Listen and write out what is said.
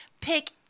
pick